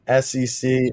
SEC